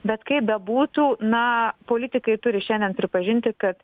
bet kaip bebūtų na politikai turi šiandien pripažinti kad